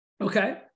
Okay